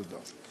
תודה.